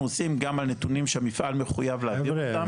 עושים גם על נתונים שהמפעל מחויב להעביר אותם,